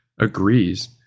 agrees